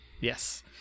Yes